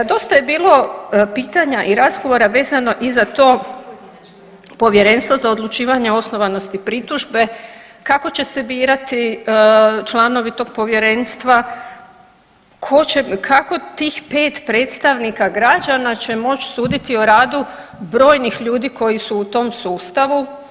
Dosta je bilo pitanja i razgovora vezano i za to Povjerenstvo za odlučivanje o osnovanosti pritužbe, kako će se birati članovi tog Povjerenstva, tko će, kako tih 5 predstavnika građana će moći suditi o radu brojnih ljudi koji su u tom sustavu?